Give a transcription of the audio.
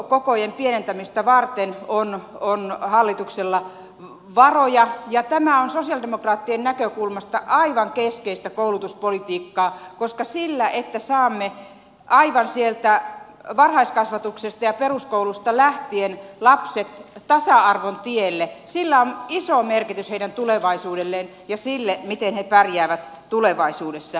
ryhmäkokojen pienentämistä varten on hallituksella varoja ja tämä on sosialidemokraattien näkökulmasta aivan keskeistä koulutuspolitiikkaa koska sillä että saamme aivan sieltä varhaiskasvatuksesta ja peruskoulusta lähtien lapset tasa arvon tielle on iso merkitys heidän tulevaisuudelleen ja sille miten he pärjäävät tulevaisuudessa